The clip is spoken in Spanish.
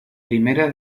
primera